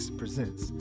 presents